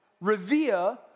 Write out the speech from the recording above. revere